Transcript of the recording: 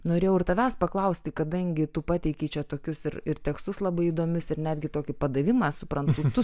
norėjau ir tavęs paklausti kadangi tu pateikei čia tokius ir tekstus labai įdomius ir netgi tokį padavimą suprantu tu